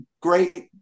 great